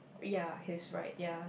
ya he's right ya